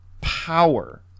power